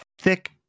thick